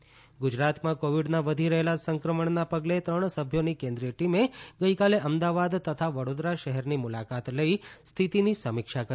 કેન્દ્રિય ટીમ ગુજરાતમાં કોવિડના વધી રહેલા સંક્રમણના પગલે ત્રણ સભ્યોની કેન્દ્રિય ટીમે ગઈકાલે અમદાવાદ તથા વડોદરા શહેરની મુલાકાત લઇ સ્થિતિની સમીક્ષા કરી